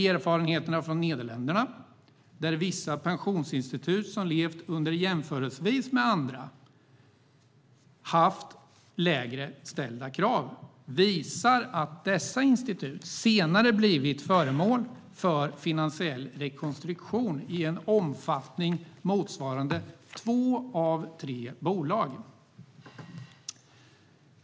Erfarenheterna från Nederländerna, där vissa pensionsinstitut jämfört med andra haft lägre ställda krav, visar att dessa institut senare blivit föremål för finansiell rekonstruktion i en omfattning motsvarande två av tre bolag.